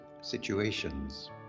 situations